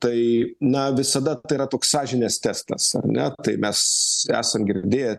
tai na visada tai yra toks sąžinės testas ar ne tai mes esam girdėję